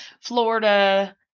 Florida